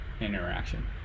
interaction